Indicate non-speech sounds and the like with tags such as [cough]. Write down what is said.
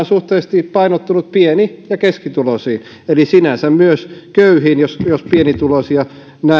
[unintelligible] suhteellisesti painottunut pieni ja keskituloisiin eli sinänsä myös köyhiin jos pienituloisia